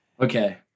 Okay